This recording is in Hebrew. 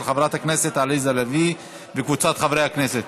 של חברת הכנסת עליזה לביא וקבוצת חברי הכנסת.